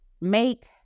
make